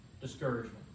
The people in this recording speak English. discouragement